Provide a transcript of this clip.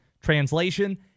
Translation